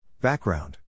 Background